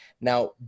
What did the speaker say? Now